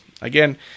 Again